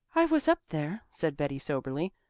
i was up there, said betty soberly,